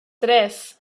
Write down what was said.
tres